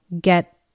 get